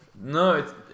No